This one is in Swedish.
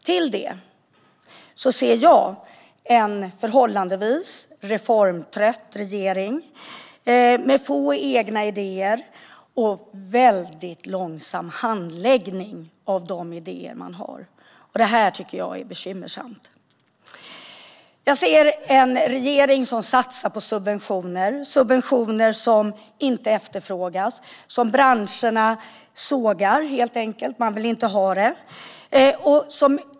Själv ser jag dessutom en förhållandevis reformtrött regering med få egna idéer och en väldigt långsam handläggning av de idéer den har. Detta är bekymmersamt. Jag ser en regering som satsar på subventioner, vilka inte efterfrågas. Branscherna sågar dem helt enkelt och vill inte ha dem.